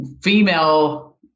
female